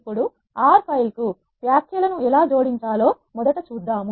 ఇప్పుడు R R file కు వ్యాఖ్యలను ఎలా జోడించాలో మొదట చూద్దాం